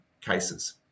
cases